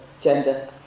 gender